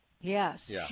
Yes